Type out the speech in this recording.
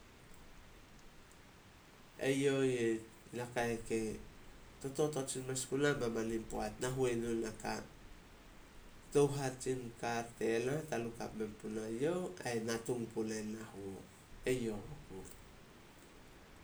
E youh i naka kei totot sin mes guna maman in poat. Na huenu naka, tou hatsin kar tena tanukap me punai youh ai natung puna i na huo. Eyouh oku.